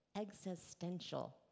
existential